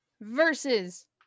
versus